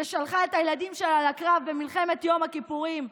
ששלחה את הילדים שלה לקרב במלחמת יום הכיפורים,